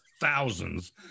thousands